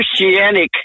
Christianic